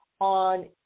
on